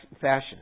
fashion